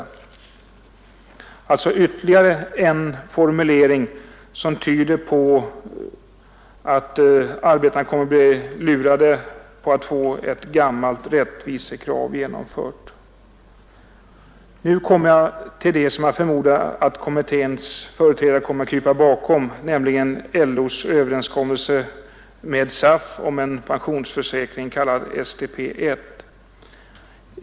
Här är alltså ytterligare en formulering som tyder på att arbetarna kommer att bli lurade på att få detta gamla rättvisekrav genomfört. Nu kommer jag till det som jag förmodar att kommitténs företrädare kommer att krypa bakom, nämligen LO:s överenskommelse med SAF om en pensionsförsäkring kallad STP 1.